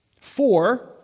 Four